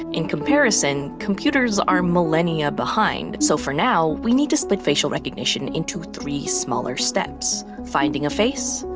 in comparison, computers are millennia behind, so for now, we need to split facial recognition into three smaller steps. finding a face,